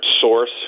source